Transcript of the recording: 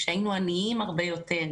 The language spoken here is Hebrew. כשהיינו עניים הרבה יותר,